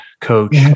coach